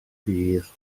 pridd